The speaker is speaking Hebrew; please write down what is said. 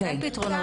עוד אין פתרונות,